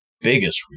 biggest